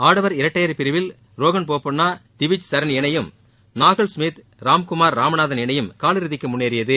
ஆடவர் இரட்டையர் பிரிவில் ரோகன் போபண்ணா திவிஜ் சரண் இணையும் நாகல் கமித் ராம்குமார் ராமநாதன் இணையும் காலிறுதிக்கு முன்னேறியது